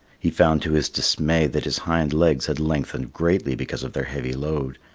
he found to his dismay that his hind legs had lengthened greatly because of their heavy load.